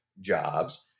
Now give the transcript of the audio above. jobs